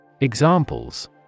Examples